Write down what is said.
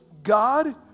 God